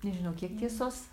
nežinau kiek tiesos